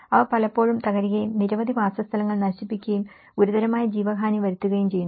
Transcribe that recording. അവ പലപ്പോഴും തകരുകയും നിരവധി വാസസ്ഥലങ്ങൾ നശിപ്പിക്കുകയും ഗുരുതരമായ ജീവഹാനി വരുത്തുകയും ചെയ്യുന്നു